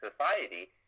society